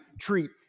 treat